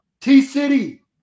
T-City